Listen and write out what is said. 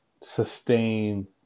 sustain